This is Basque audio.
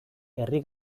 herri